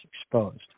exposed